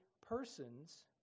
persons